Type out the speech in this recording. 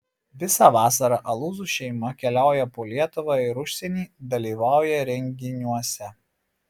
visą vasarą alūzų šeima keliauja po lietuvą ir užsienį dalyvauja renginiuose